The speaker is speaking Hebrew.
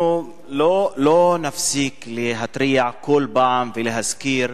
אנחנו לא נפסיק להתריע כל פעם ולהזכיר